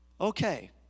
okay